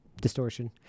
distortion